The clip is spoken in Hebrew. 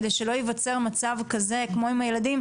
כדי שלא ייווצר מצב כזה-כמו עם הילדים,